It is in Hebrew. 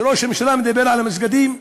שראש הממשלה מדבר על המסגדים?